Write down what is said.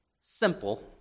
simple